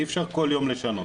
אי אפשר כל יום לשנות.